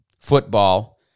football